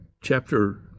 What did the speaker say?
Chapter